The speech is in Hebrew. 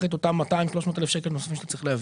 את אותם 200,000 שקל או 300,000 שקל נוספים שצריך להביא.